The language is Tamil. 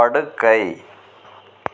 படுக்கை